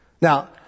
now